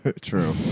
True